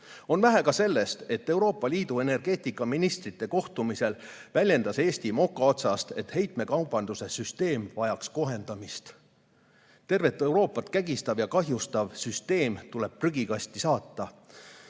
On vähe ka sellest, et Euroopa Liidu energeetikaministrite kohtumisel väljendas Eesti mokaotsast, et heitmekaubanduse süsteem vajaks kohendamist. Tervet Euroopat kägistav ja kahjustav süsteem tuleb prügikasti saata.